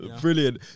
Brilliant